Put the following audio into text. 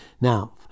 Now